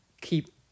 keep